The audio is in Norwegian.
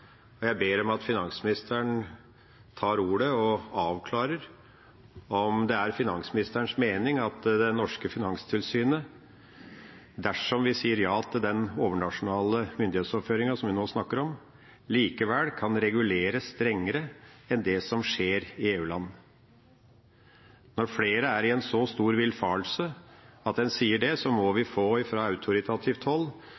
og jeg ber om at finansministeren tar ordet og avklarer om det er finansministerens mening at det norske finanstilsynet, dersom vi sier ja til den overnasjonale myndighetsoverføringen som vi nå snakker om, likevel kan regulere strengere enn det som skjer i EU-land. Når flere er i en så stor villfarelse at en sier det, må vi